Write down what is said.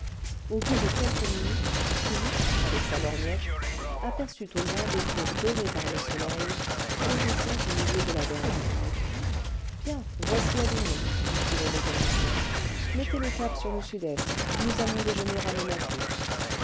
au bout de quelques minutes philippe avec sa lorgnette aperçut au loin des tours dorées par le soleil surgissant au milieu de la verdure ce bien voici avignon dit-il au mécanicien mettez le cap sur le sudest nous allons déjeuner à monaco